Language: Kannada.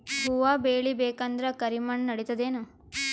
ಹುವ ಬೇಳಿ ಬೇಕಂದ್ರ ಕರಿಮಣ್ ನಡಿತದೇನು?